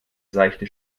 seichte